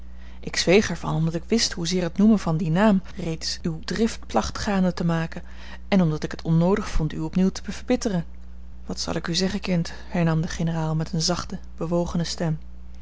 ik zweeg er van omdat ik wist hoezeer het noemen van dien naam reeds uwe drift placht gaande te maken en omdat ik het onnoodig vond u opnieuw te verbitteren wat zal ik u zeggen kind hernam de generaal met eene zachte bewogene stem